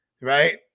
right